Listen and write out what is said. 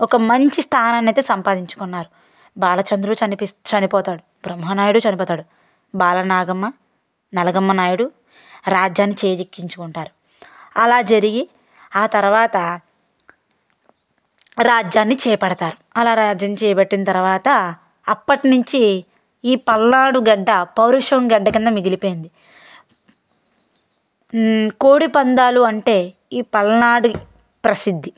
ఒక మంచి స్థానాన్ని అయితే సంపాదించుకున్నారు బాలచంద్రుడు చనిపోయి చనిపోతాడు బ్రహ్మనాయుడు చనిపోతాడు బాలనాగమ్మ నలగామ నాయుడు రాజ్యాన్ని చేజిక్కించుకుంటారు అలా జరిగి ఆ తర్వాత రాజ్యాన్ని చేపడతారు అలా రాజ్యాన్ని చేపట్టిన తర్వాత అప్పటినుంచి ఈ పల్నాడు గడ్డ పౌరుషం గంట క్రింద మిగిలిపోయింది కోడిపందాలు అంటే ఈ పల్నాడు ప్రసిద్ధి